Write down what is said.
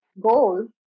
goal